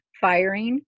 firing